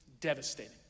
Devastating